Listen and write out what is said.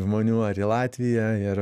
žmonių ar į latviją ir